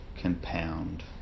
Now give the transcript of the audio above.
compound